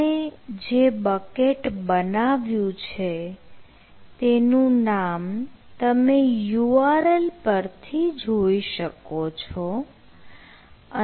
આપણે જે બકેટ બનાવ્યું છે તેનું નામ તમે URL પરથી જોઈ શકો છો